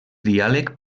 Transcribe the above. diàleg